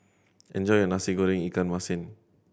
enjoy your Nasi Goreng ikan masin